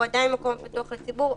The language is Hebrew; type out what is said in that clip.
הוא עדיין מקום פתוח לציבור,